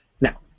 Now